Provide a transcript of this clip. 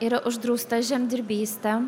yra uždrausta žemdirbystė